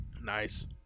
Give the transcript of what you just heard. Nice